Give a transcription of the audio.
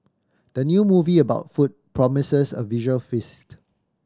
the new movie about food promises a visual feast